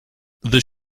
this